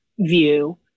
view